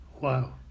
Wow